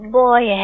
boy